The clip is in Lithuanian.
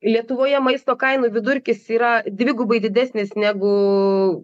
lietuvoje maisto kainų vidurkis yra dvigubai didesnis negu